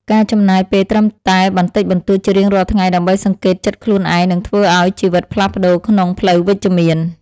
ការចំណាយពេលត្រឹមតែបន្តិចបន្តួចជារៀងរាល់ថ្ងៃដើម្បីសង្កេតចិត្តខ្លួនឯងនឹងធ្វើឱ្យជីវិតផ្លាស់ប្តូរក្នុងផ្លូវវិជ្ជមាន។